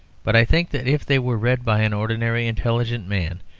but i think that if they were read by an ordinary intelligent man,